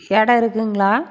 இடம் இருக்குங்களா